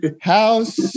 house